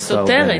היא סותרת.